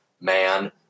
man